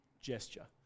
gesture